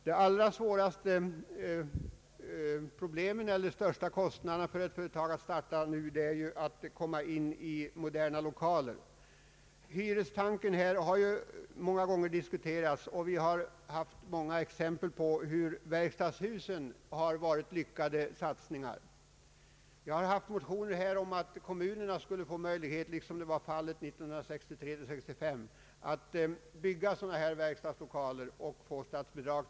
Det allra svåraste problemet för ett företag som nu vill starta är att komma in i rationella lokaler. Hyrestanken har ju här ofta diskuterats, och det finns många exempel på att t.ex. de s.k. verkstadshusen blivit lyckade satsningar. Jag har väckt motioner om att kommunerna skulle få möjlighet, liksom fallet var 1963—1965, att bygga sådana här verkstadslokaler med statsbidrag.